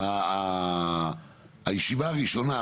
הישיבה הראשונה,